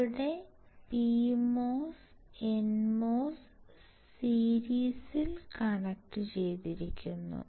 ഇവിടെ PMOS NMOS സീരീസിൽ കണക്റ്റുചെയ്തിരിക്കുന്നു